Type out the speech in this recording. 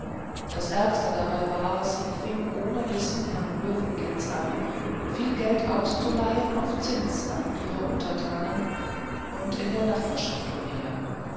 das ärgste dabei war sie fing ohne wissen herrn löwegilts an viel geld auszuleihen auf zins an ihre untertanen und in der nachbarschaft umher